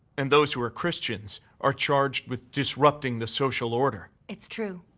and those who are christians are charged with disrupting the social order. it's true.